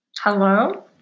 Hello